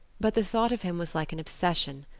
but the thought of him was like an obsession,